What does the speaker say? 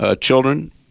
children